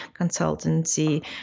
consultancy